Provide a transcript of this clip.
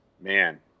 man